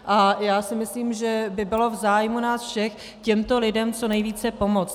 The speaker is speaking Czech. A já si myslím, že by bylo v zájmu nás všech těmto lidem co nejvíce pomoct.